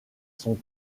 son